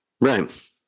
Right